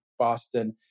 Boston